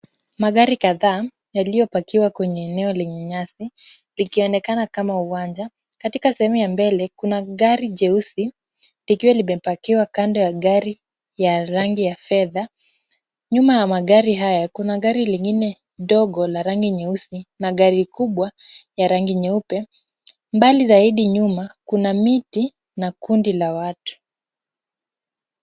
Magari kadhaa yaliyopakiwa kwenye eneo lenye nyasi likionekana kama uwanja. Katika sehemu ya mbele kuna gari jeusi likiwa limepakiwa kando ya gari ya rangi ya fedha. Nyuma ya magari hayo kuna gari lingine ndogo la rangi nyeusi na gari kubwa ya rangi nyeupe. Mbali zaidi nyuma kuna miti na kundi la watu.